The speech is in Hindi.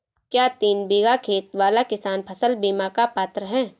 क्या तीन बीघा खेत वाला किसान फसल बीमा का पात्र हैं?